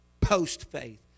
post-faith